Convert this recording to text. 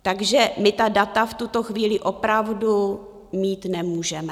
Takže my ta data v tuto chvíli opravdu mít nemůžeme.